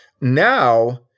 Now